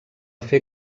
fer